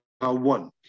one